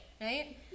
right